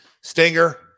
Stinger